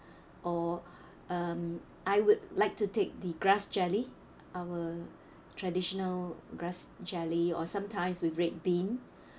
or um I would like to take the grass jelly I will traditional grass jelly or sometimes with red bean